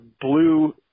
blue